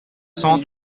cents